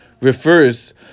refers